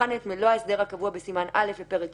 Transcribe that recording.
יבחן את מלוא ההסדר הקבוע בסימן א' לפרק